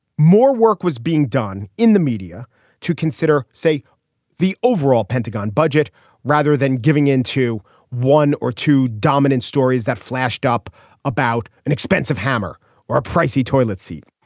more work was being done in the media to consider say the overall pentagon budget rather than giving into one or two dominant stories that flashed up about an expensive hammer or a pricey toilet seat.